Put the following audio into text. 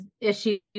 issues